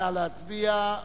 נא להצביע.